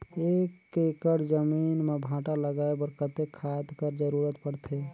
एक एकड़ जमीन म भांटा लगाय बर कतेक खाद कर जरूरत पड़थे?